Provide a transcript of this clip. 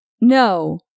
No